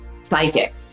psychic